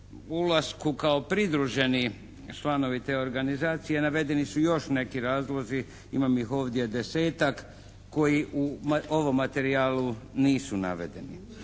ulasku kao pridruženi članovi te organizacije navedeni su još neki razlozi. Imam ih ovdje desetak koji u ovom materijalu nisu navedeni.